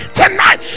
tonight